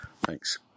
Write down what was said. Thanks